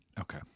Okay